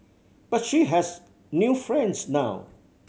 but she has new friends now